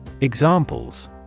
Examples